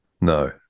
No